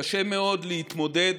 קשה מאוד להתמודד